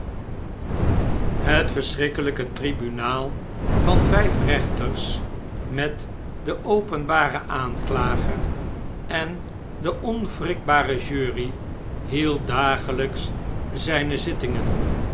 het verschrikkeljjke tribunaal van vijf eechters met den openbaren aanklager en de onwrikbare jury held dageljjks zijne zittingen